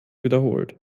wiederholt